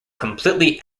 completely